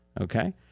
okay